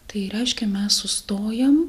tai reiškia mes sustojam